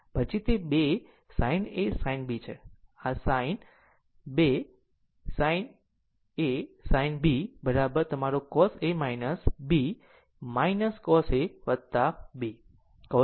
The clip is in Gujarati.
પછી તે 2 sin A sin B છે આ 2 sin A sin B તમારું cos A B cos A B કહો છો